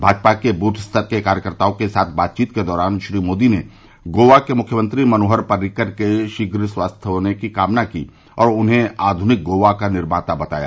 भाजपा के बूथ स्तर के कार्यकर्ताओं के साथ बातचीत के दौरान श्री मोदी ने गोवा के मुख्यमंत्री मनोहर परिंकर के शीघ्र स्वस्थ होने की भी कामना की और उन्हें आधुनिक गोवा का निर्माता बताया